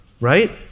Right